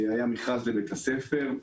היה מכרז לבית הספר.